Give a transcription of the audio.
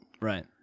Right